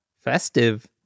Festive